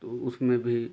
तो उसमें भी